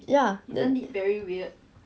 ya